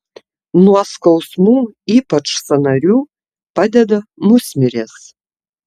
nuo skausmų ypač sąnarių padeda musmirės